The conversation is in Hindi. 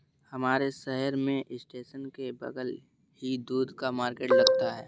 हमारे शहर में स्टेशन के बगल ही दूध का मार्केट लगता है